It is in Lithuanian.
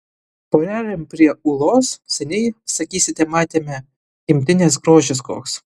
porelėm prie ūlos seniai sakysite matėme gimtinės grožis koks